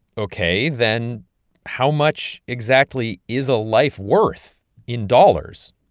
ok, then how much exactly is a life worth in dollars?